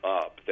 up